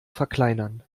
verkleinern